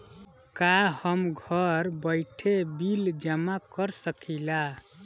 का हम घर बइठे बिल जमा कर शकिला?